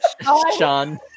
Sean